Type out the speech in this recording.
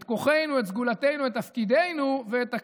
את כוחנו, את סגולתנו, את תפקידנו ואת הקשר,